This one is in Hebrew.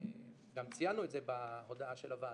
וגם ציינו את זה בהודעה של הוועדה,